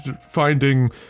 finding